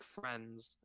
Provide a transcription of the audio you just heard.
Friends